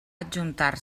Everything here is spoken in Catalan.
adjuntar